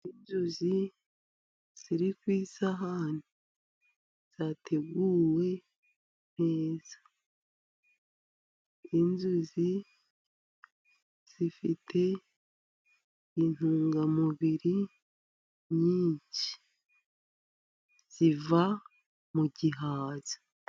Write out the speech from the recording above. Inzuzi ziri ku isahani zateguwe neza, izuzi zifite intungamubiri nyinshi ziva mu gihaza.